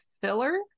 filler